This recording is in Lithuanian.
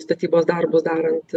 statybos darbus darant